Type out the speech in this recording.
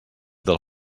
del